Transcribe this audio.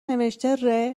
نوشته